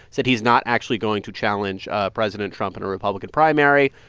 said he's not actually going to challenge ah president trump in a republican primary.